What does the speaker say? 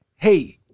Hey